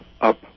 up